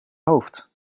hoofd